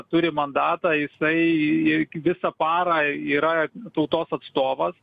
turi mandatą jisai visą parą yra tautos atstovas